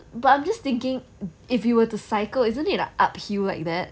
but I'm just thinking if you were to cycle isn't it like uphill like that